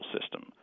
system